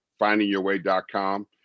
findingyourway.com